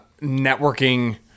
networking